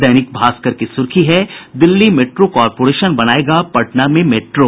दैनिक भास्कर की सुर्खी है दिल्ली मेट्रो कॉरपोरेशन बनायेगा पटना में मेट्रो